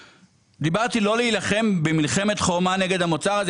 אמרתי לא להילחם מלחמת חורמה נגד המוצר הזה,